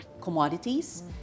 commodities